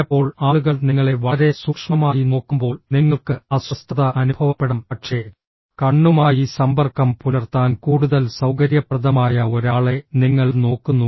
ചിലപ്പോൾ ആളുകൾ നിങ്ങളെ വളരെ സൂക്ഷ്മമായി നോക്കുമ്പോൾ നിങ്ങൾക്ക് അസ്വസ്ഥത അനുഭവപ്പെടാം പക്ഷേ കണ്ണുമായി സമ്പർക്കം പുലർത്താൻ കൂടുതൽ സൌകര്യപ്രദമായ ഒരാളെ നിങ്ങൾ നോക്കുന്നു